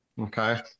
Okay